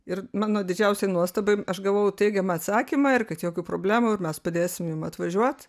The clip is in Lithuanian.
ir mano didžiausiai nuostabai aš gavau teigiamą atsakymą ir kad jokių problemų ir mes padėsim jum atvažiuot